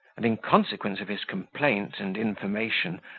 and, in consequence of his complaint and information,